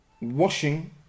washing